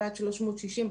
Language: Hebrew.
ועד 360 ב-2015,